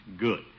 Good